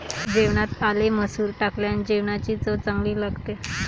जेवणात आले मसूर टाकल्याने जेवणाची चव चांगली लागते